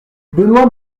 benoît